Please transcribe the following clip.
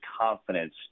confidence